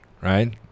right